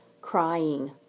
crying